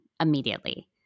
immediately